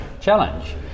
challenge